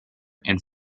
and